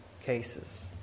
cases